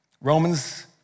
Romans